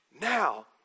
now